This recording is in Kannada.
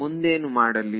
ಮುಂದೇನು ಮಾಡಲಿ